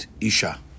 isha